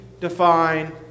define